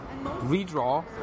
redraw